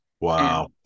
Wow